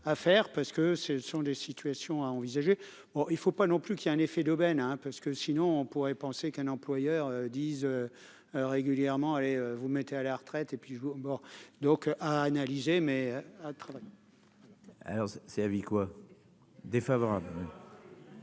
à faire parce que ce sont des situations à envisager, il ne faut pas non plus qu'il y a un effet d'aubaine, hein, parce que sinon on pourrait penser qu'un employeur disent régulièrement allez vous mettez à la retraite et puis je vous bon donc à analyser mais à. Voilà. Alors c'est à vie quoi défavorable,